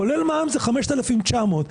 כולל מע"מ זה 5,900 שקל.